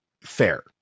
Fair